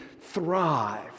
thrive